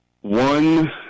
One